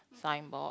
signboard